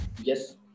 yes